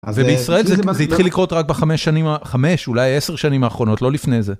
ובישראל זה התחיל לקרות רק בחמש שנים, חמש, אולי עשר שנים האחרונות, לא לפני זה.